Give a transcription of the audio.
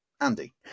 Andy